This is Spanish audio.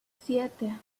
siete